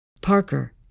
Parker